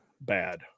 bad